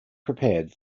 prepared